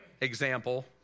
example